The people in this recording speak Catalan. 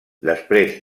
després